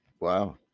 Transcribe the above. Wow